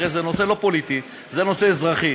הרי זה נושא לא פוליטי, זה נושא אזרחי.